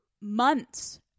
months